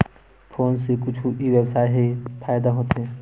Phone से कुछु ई व्यवसाय हे फ़ायदा होथे?